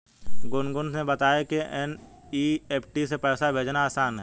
गुनगुन ने बताया कि एन.ई.एफ़.टी से पैसा भेजना आसान है